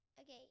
okay